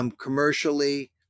commercially